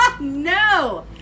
No